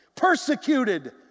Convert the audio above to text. Persecuted